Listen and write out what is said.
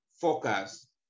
focus